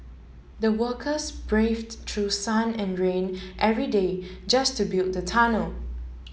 the workers braved through sun and rain every day just to build the tunnel